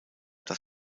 das